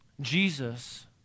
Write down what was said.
Jesus